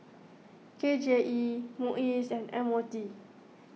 K J E Muis and M O T